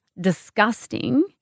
disgusting